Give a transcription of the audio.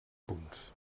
punts